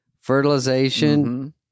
Fertilization